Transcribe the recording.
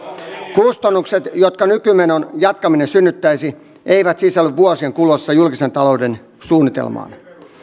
kustannukset jotka nykymenon jatkaminen synnyttäisi eivät sisälly vuosien kuluessa julkisen talouden suunnitelmaan